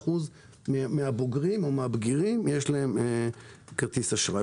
63% מן הבגירים יש להם כרטיס אשראי.